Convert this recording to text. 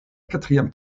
quatrième